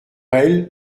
elle